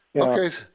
okay